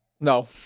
No